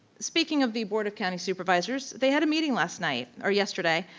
speaking of the board of county supervisors, they had a meeting last night, or yesterday.